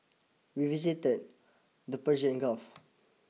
we visited the Persian Gulf